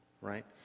right